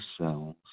cells